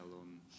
on